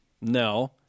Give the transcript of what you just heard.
No